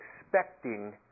expecting